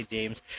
James